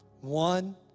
One